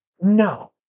No